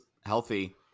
healthy